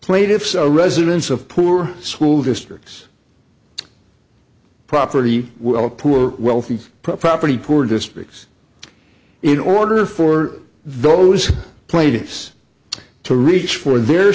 played if so residents of poor school districts property will poor wealthy property poor districts in order for those plays to reach for their